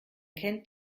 kennt